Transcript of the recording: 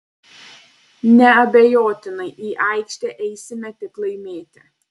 neabejotinai į aikštę eisime tik laimėti